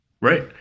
right